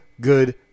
good